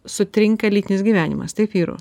sutrinka lytinis gyvenimas taip vyrų